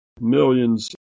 millions